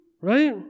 right